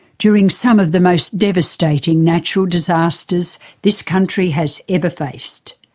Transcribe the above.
during some of the most devastating natural disasters this country has ever faced.